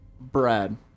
Brad